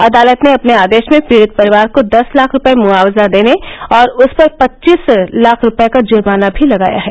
अदालत ने अपने आदेश में पीड़ित परिवार को दस लाख रूपये मुआवजा देने और उस पर पचीस लाख रूपये का जुर्माना भी लगाया है